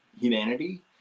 humanity